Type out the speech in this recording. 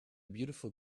beautiful